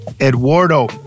Eduardo